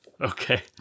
okay